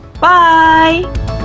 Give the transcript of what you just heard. bye